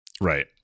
right